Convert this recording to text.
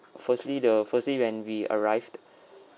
firstly the firstly when we arrived